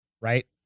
right